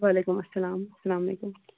وعلیکُم السلام السلام علیکُم